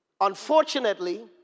Unfortunately